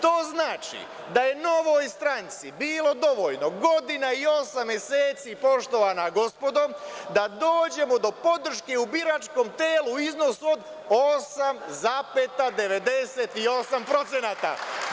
To znači da je Novoj stranci bilo dovoljno godina i osam meseci poštovana gospodo, da dođemo do podrške u biračkom telu u iznosu od 8,98%